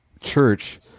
church